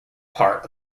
part